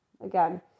again